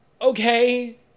okay